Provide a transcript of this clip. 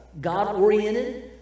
God-oriented